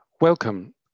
Welcome